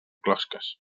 closques